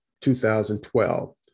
2012